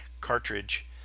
cartridge